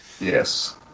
Yes